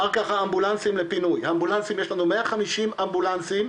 אחר כך אמבולנסים לפינוי, יש לנו 150 אמבולנסים